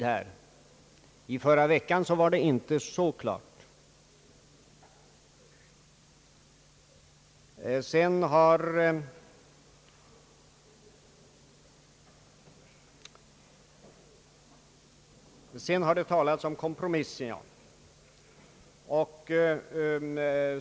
Här är det alltså en fråga om tid. Det har talats om kompromisser.